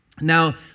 Now